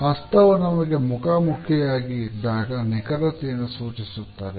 ಹಸ್ತವೂ ನಮಗೆ ಮುಖಾಮುಖಿಯಾಗಿ ಇದ್ದಾಗ ನಿಖರತೆಯನ್ನು ಸೂಚಿಸುತ್ತದೆ